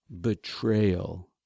betrayal